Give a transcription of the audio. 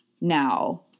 now